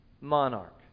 monarch